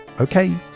Okay